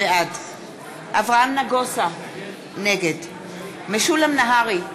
בעד אברהם נגוסה, נגד משולם נהרי,